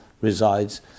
resides